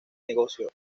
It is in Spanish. negocio